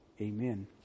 Amen